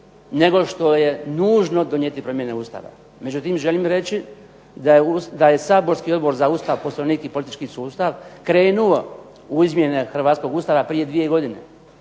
nego što je nužno donijeti promjene Ustava. Međutim, želim reći da je saborski Odbor za Ustav, Poslovnik i politički sustav krenuo u izmjene hrvatskog Ustava prije dvije godine